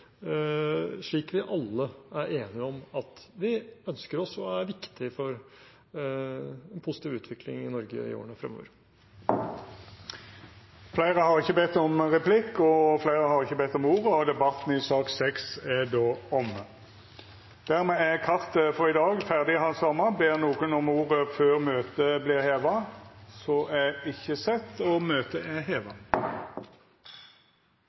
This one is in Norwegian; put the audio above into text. slik vi alle er enige om at vi ønsker oss og er viktig for en positiv utvikling i Norge i årene fremover. Replikkordskiftet er omme. Fleire har ikkje bedt om ordet til sak nr. 6. Dermed er kartet for i dag ferdighandsama. Ber nokon om ordet før møtet vert heva? – Møtet er heva.